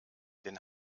den